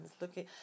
looking